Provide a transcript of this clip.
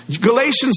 Galatians